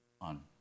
on